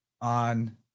on